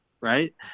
Right